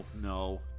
no